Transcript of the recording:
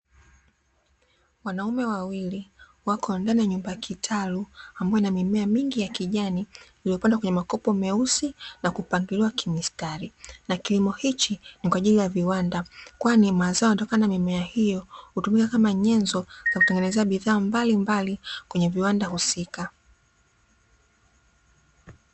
Wanaume wawili wako ndani ya nyumba kitalu, ambayo ina mimea mingi ya kijani, iliyopandwa kwenye makopo meusi na kupangiliwa kimstari; na kilimo hichi ni kwa ajili ya viwanda, kwani mazao yanayotokana na mimea hiyo, hutumika kama nyenzo ya kutengeneza bidhaa mbalimbali kwenye viwanda husika.